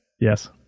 Yes